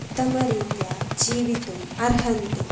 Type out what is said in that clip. उत्तमरीत्या जीवितुम् अर्हन्ति